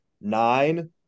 nine